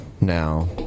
now